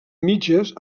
mitges